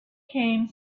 came